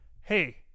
hey